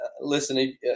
listen